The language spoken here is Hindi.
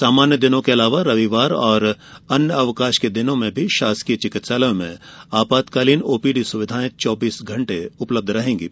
सामान्य दिनों के अलावा रविवार और अन्य अवकाश के दिनों में भी शासकीय चिकित्सालयों में आपातकालीन ओपीडी सुविधायें चौबीस घंटे उपलब्ध रहेंगीं